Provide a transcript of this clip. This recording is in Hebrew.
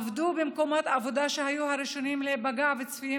עבדו במקומות עבודה שהיו הראשונים להיפגע וצפויים